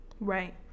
Right